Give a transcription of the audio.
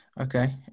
okay